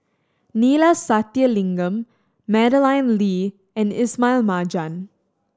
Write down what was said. Neila Sathyalingam Madeleine Lee and Ismail Marjan